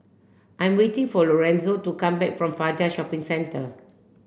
I'm waiting for Lorenzo to come back from Fajar Shopping Centre